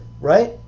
Right